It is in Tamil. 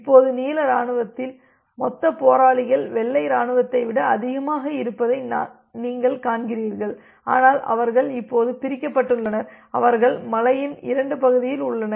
இப்போது நீல இராணுவத்தில் மொத்த போராளிகள் வெள்ளை இராணுவத்தை விட அதிகமாக இருப்பதை நீங்கள் காண்கிறீர்கள் ஆனால் அவர்கள் இப்போது பிரிக்கப்பட்டுள்ளனர் அவர்கள் மலையின் இரண்டு பகுதியில் உள்ளன